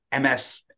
MS